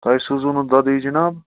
تۄہہِ سوٗزوُنہٕ دۄدٕے جناب